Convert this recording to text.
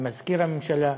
עם מזכיר הממשלה,